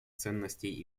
ценностей